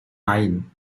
nine